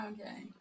Okay